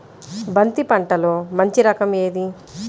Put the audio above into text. బంతి పంటలో మంచి రకం ఏది?